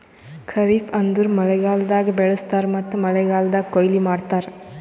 ಖರಿಫ್ ಅಂದುರ್ ಮಳೆಗಾಲ್ದಾಗ್ ಬೆಳುಸ್ತಾರ್ ಮತ್ತ ಮಳೆಗಾಲ್ದಾಗ್ ಕೊಯ್ಲಿ ಮಾಡ್ತಾರ್